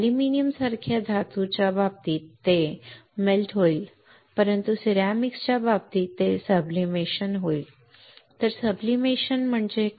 अॅल्युमिनियमसारख्या धातूच्या बाबतीत ते वितळेल परंतु सिरॅमिक्सच्या बाबतीत ते सब्लिमेशन होईल सब्लिमेशन म्हणजे काय